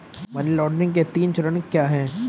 Money laundering के तीन चरण क्या हैं?